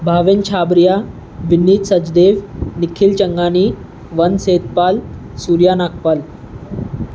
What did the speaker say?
Bhavin Chhabria Vinit Sachdev Nikhil Changani Vansh Setpal Surya Nagpal